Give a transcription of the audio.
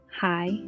hi